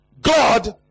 God